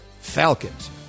Falcons